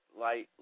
light